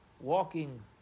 walking